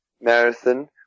marathon